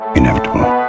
Inevitable